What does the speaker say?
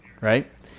right